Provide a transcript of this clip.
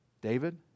David